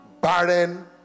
Barren